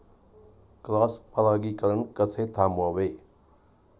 Cross परागीकरण कसे थांबवावे?